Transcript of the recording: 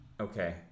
Okay